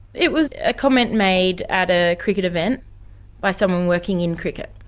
it was a comment made at a cricket event by someone working in cricket.